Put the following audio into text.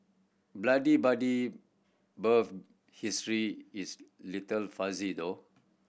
blood Buddy birth history is little fuzzy though